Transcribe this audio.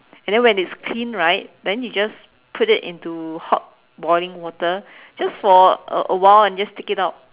and then when it's clean right then you just put it into hot boiling water just for a a while and just take it out